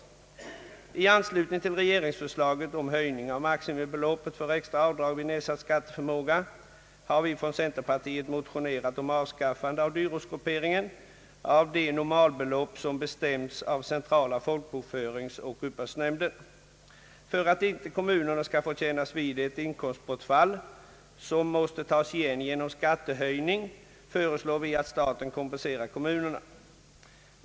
I anslutning till regeringsförslaget om en höjning av maximibeloppet för extra avdrag vid nedsatt skatteförmåga har vi från centerpartiet motionerat om avskaffande av dyrortsgrupperingen av de normalbelopp som bestäms av centrala folkbokföringsoch uppbördsnämnden. För att inte kommunerna skall få kän nas vid ett inkomstbortfall, som måste tas igen genom skattehöjning, föreslår vi att staten kompenserar kommunerna.